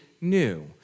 new